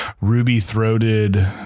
ruby-throated